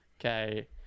okay